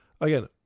Again